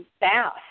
bath